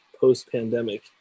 post-pandemic